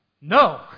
No